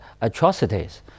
atrocities